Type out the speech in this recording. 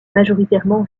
majoritairement